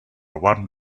one